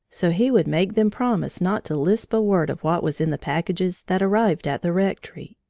so he would make them promise not to lisp a word of what was in the packages that arrived at the rectory.